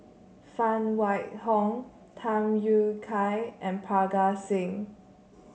Phan Wait Hong Tham Yui Kai and Parga Singh